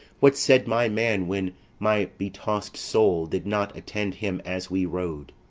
what said my man when my betossed soul did not attend him as we rode?